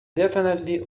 definitely